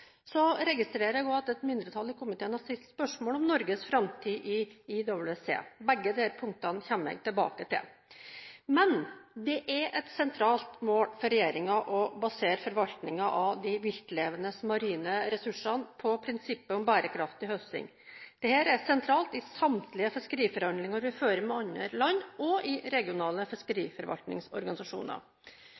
Så registrerer jeg at et mindretall i komiteen har stilt spørsmål om Norges framtid i IWC. Begge disse punktene kommer jeg tilbake til. Det er et sentralt mål for regjeringen å basere forvaltningen av de viltlevende marine ressursene på prinsippet om bærekraftig høsting. Dette er sentralt i samtlige fiskeriforhandlinger vi fører med andre land, og i regionale fiskeriforvaltningsorganisasjoner.